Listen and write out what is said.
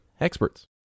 experts